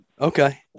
Okay